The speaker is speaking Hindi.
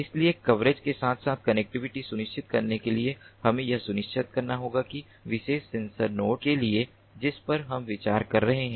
इसलिए कवरेज के साथ साथ कनेक्टिविटी सुनिश्चित करने के लिए हमें यह सुनिश्चित करना होगा कि विशेष सेंसर नोड के लिए जिस पर हम विचार कर रहे हैं